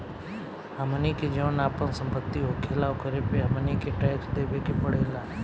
हमनी के जौन आपन सम्पति होखेला ओकरो पे हमनी के टैक्स देबे के पड़ेला